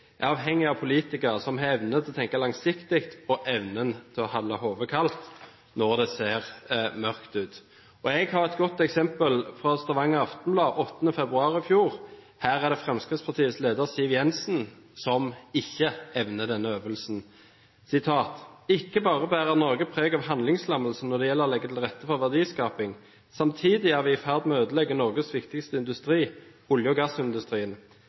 er avhengig av politikere som har evne til å tenke langsiktig og evnen til å holde hodet kaldt når det ser mørkt ut. Jeg har et godt eksempel fra Stavanger Aftenblad 8. februar i fjor. Her er det Fremskrittspartiets leder, Siv Jensen, som ikke evner denne øvelsen, og hun sier: «Ikke bare bærer Norge preg av handlingslammelse når det gjelder å legge til rette for verdiskaping, samtidig er vi i ferd med å ødelegge Norges viktigste industri, olje- og gassindustrien.